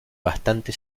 bastante